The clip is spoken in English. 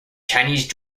chinese